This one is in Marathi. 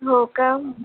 हो का